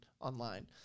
online